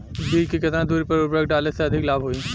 बीज के केतना दूरी पर उर्वरक डाले से अधिक लाभ होई?